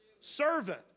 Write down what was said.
Servant